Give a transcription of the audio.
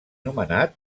nomenat